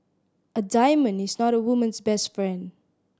a diamond is not a woman's best friend